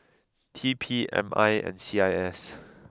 T P M I and C I S